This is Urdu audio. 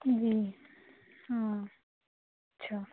جی ہاں اچھا